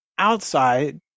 outside